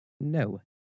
no